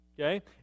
Okay